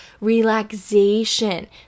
relaxation